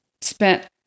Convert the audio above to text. spent